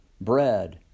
bread